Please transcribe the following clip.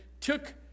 took